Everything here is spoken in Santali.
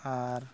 ᱟᱨ